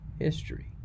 history